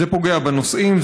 זה פוגע בנוסעים,